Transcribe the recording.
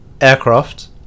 aircraft